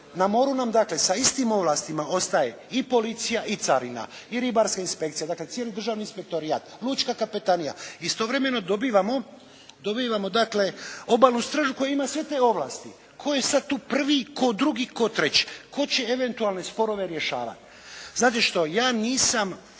Na moru nam dakle sa istim ovlastima ostaje i policija i carina i ribarska inspekcija, dakle cijeli državni inspektorijat, lučka kapetanija. Istovremeno dobivamo dakle Obalnu stražu koja ima sve te ovlasti. Tko je sad tu prvi, tko drugi, tko treći? Tko će eventualne sporove rješavati? Znate što? Ja nisam